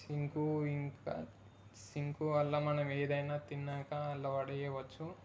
sink ఇంకా sink వల్ల మనం ఏదైనా తిన్నాకా అలా పడేయవచ్చు